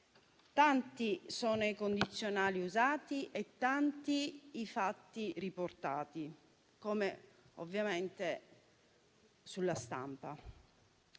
Tanti sono i condizionali usati e tanti i fatti riportati, come ovviamente sulla stampa.